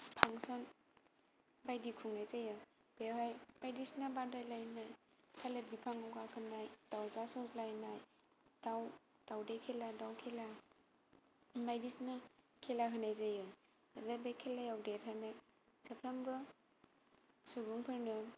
function बायदि खुंनाय जायो बेयावहाय बायदिसिना बादायलायनाय थालिर बिफांआव गाखोनाय दावज्ला सौलायनाय दाव दावदै खेला दाव खेला बायदिसिना खेला होनाय जायो माने बे खेलायाव देरहानाय साफ्रोमबो सुबुंफोरनो